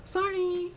sorry